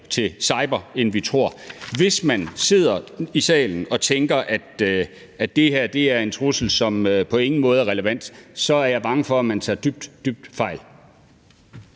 til cyberangreb, end vi tror. Hvis man sidder i salen og tænker, at det her er en trussel, som på ingen måde er relevant, så er jeg bange for, at man tager dybt,